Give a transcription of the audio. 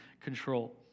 control